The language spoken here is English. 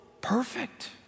perfect